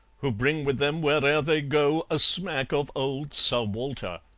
who bring with them, where'er they go, a smack of old sir walter.